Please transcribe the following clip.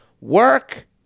work